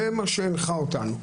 זה מה שהנחה אותנו.